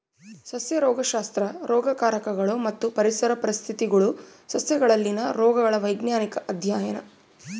ಸಸ್ಯ ರೋಗಶಾಸ್ತ್ರ ರೋಗಕಾರಕಗಳು ಮತ್ತು ಪರಿಸರ ಪರಿಸ್ಥಿತಿಗುಳು ಸಸ್ಯಗಳಲ್ಲಿನ ರೋಗಗಳ ವೈಜ್ಞಾನಿಕ ಅಧ್ಯಯನ